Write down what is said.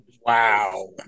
Wow